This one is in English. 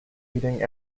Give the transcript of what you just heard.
eating